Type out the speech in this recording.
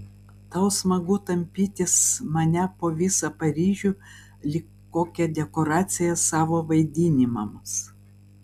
tau smagu tampytis mane po visą paryžių lyg kokią dekoraciją savo vaidinimams